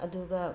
ꯑꯗꯨꯒ